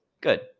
Good